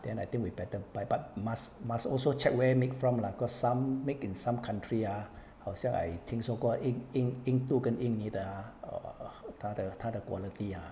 then I think we better buy but must must also check where made from lah cause some make in some country ah 好像 I think so called 印印度跟印尼的 ah err err 它的它的 quality ah